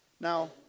Now